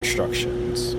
instructions